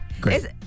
great